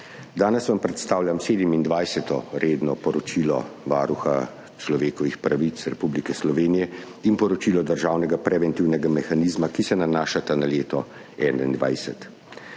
Danes vam predstavljam 27. redno poročilo Varuha človekovih pravic Republike Slovenije in poročilo državnega preventivnega mehanizma, ki se nanašata na leto 2021.